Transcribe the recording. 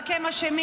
רק הם אשמים,